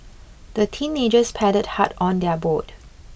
the teenagers paddled hard on their boat